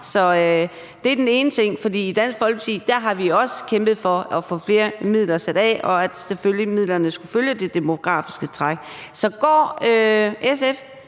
Det var den ene ting. I Dansk Folkeparti har vi også kæmpet for at få flere midler sat af, og selvfølgelig skulle midlerne følge det demografiske træk. Så går SF